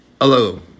Hello